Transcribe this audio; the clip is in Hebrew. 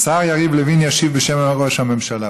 השר יריב לוין ישיב בשם ראש הממשלה.